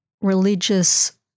religious